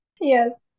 Yes